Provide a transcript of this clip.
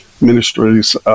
Ministries